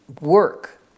work